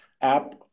app